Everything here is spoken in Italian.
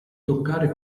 toccare